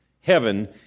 heaven